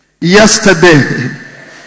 Yesterday